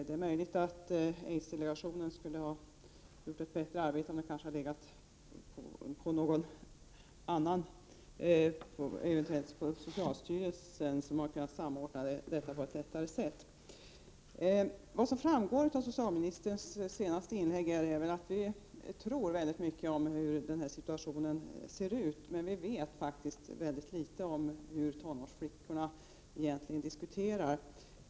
Det är möjligt att aidsdelegationen skulle ha gjort ett bättre arbete om dess uppgifter hade åvilat något annat organ, eventuellt socialstyrelsen, som lättare hade kunnat samordna detta arbete. Av socialministerns senaste inlägg framgår att vi tror väldigt mycket när det gäller den föreliggande situationen men att vi vet mycket litet om hur tonårsflickorna egentligen resonerar.